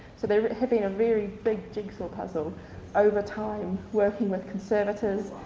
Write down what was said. so they have been a very big jigsaw puzzle over time working with conservators,